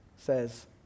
Says